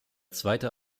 zweite